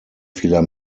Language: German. vieler